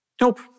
Nope